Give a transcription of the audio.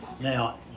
Now